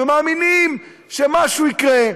ומאמינים שמשהו יקרה.